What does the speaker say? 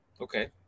Okay